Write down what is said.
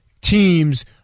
teams